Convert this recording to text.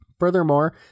Furthermore